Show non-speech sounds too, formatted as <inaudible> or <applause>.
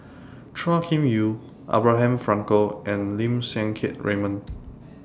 Chua Kim Yeow Abraham Frankel and Lim Siang Keat Raymond <noise>